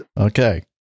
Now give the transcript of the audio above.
Okay